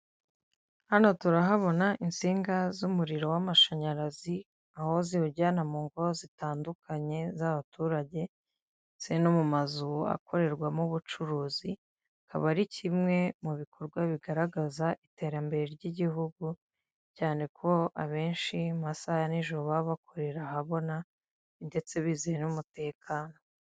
Hano turahabona insinga z'umuriro w'amashanyarazi aho ziwujyana mu ngo zitandukanye z'abaturage, ndetse no mu mazu akorerwamo ubucuruzi. Akaba ari kimwe mu bikorwa bigaragaza iterambere ry'igihugu cyane ko abenshi mu masaha ya nijoro baba bakorera ahabona ndetse bizeye n'umutekano.